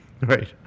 Right